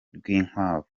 rwinkwavu